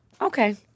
Okay